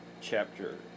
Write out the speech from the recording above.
chapter